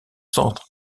centre